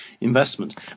investment